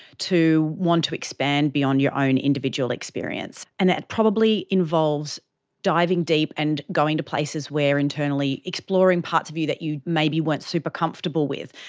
to want to expand beyond your own individual experience, and that probably involves diving deep and going to places where internally, exploring parts of you that you maybe weren't super comfortable with.